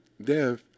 death